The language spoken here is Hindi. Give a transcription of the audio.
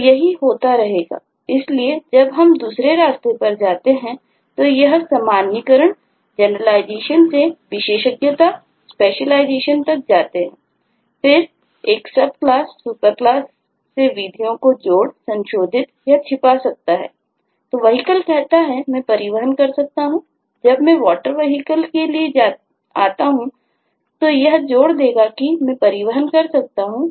तो यही होता रहेगाइसलिए जब हम दूसरे रास्ते पर जाते हैं तो हम सामान्यीकरणजनरलाइजेशन सकता हूं